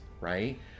right